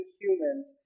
humans